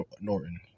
Norton